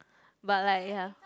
but like ya